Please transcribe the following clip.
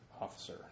officer